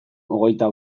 hogeita